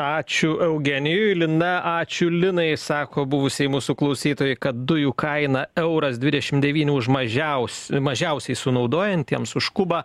ačiū eugenijui lina ačiū linai sako buvusiai mūsų klausytojai kad dujų kaina euras dvidešim devyni už mažiausią mažiausiai sunaudojantiems už kubą